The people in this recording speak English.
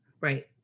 Right